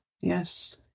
Yes